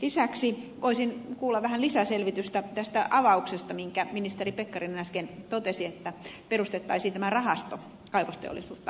lisäksi voisin kuulla vähän lisäselvitystä tästä avauksesta minkä ministeri pekkarinen äsken totesi että perustettaisiin rahasto kaivosteollisuutta kehittämään suomessa